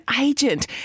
agent